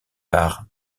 par